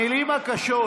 המילים הקשות